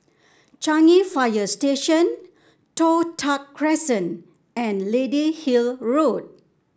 Changi Fire Station Toh Tuck Crescent and Lady Hill Road